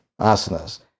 asanas